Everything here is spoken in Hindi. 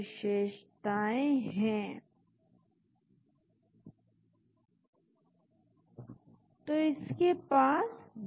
तो खोज ने इस संरचना विशेषता वाले मॉलिक्यूल को दिया और फिर अन्य परिवर्तन किए गए और फिर अंत में इस मॉलिक्यूल ने बहुत ही अच्छी एक्टिविटी नैनोमोलर श्रेणी में इस एंजाइम प्रोटीएस के प्रति दिखाई